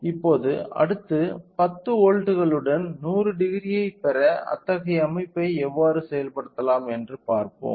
இப்போது அடுத்து 10 வோல்ட்டுகளுடன் 1000 ஐப் பெற அத்தகைய அமைப்பை எவ்வாறு செயல்படுத்தலாம் என்று பார்ப்போம்